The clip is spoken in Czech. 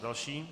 Další.